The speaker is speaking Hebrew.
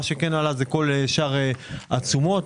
עלו מחירי התשומות.